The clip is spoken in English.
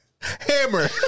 hammer